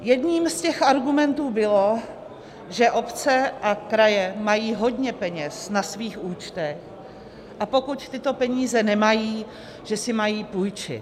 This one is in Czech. Jedním z těch argumentů bylo, že obce a kraje mají hodně peněz na svých účtech, a pokud tyto peníze nemají, že si mají půjčit.